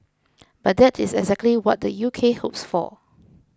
but that is exactly what the U K hopes for